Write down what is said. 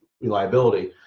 reliability